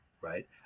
right